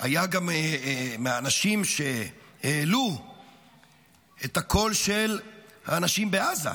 היה גם מהאנשים שהעלו את הקול של האנשים בעזה,